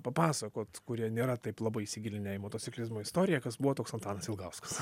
papasakot kurie nėra taip labai įsigilinę į motociklizmo istoriją kas buvo toks antanas ilgauskas